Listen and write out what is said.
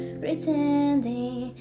pretending